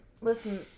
Listen